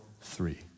three